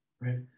right